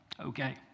okay